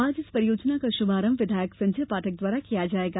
आज इस परियोजना का श्भारंभ विधायक संजय पाठक द्वारा किया जायेगा